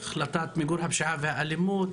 והחלטת מיגור הפשיעה והאלימות,